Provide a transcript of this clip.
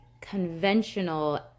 conventional